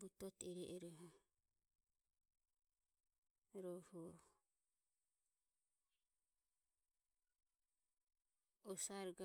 butote ero eroho, rohu osare.